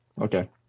Okay